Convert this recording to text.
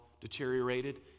deteriorated